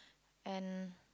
and